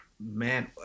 Man